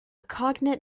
cognate